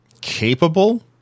capable